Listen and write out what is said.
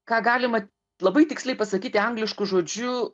ką galima labai tiksliai pasakyti anglišku žodžiu